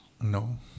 No